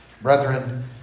Brethren